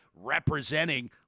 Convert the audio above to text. representing